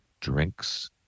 drinks